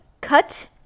cut